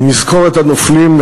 נזכור את הנופלים,